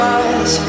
eyes